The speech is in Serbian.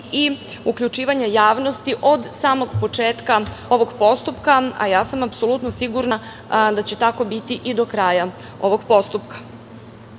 i uključivanja javnosti od samog početka ovog postupka, a ja sam apsolutno sigurna da će tako biti i do kraja ovog